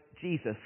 Jesus